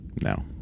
No